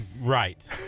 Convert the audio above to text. Right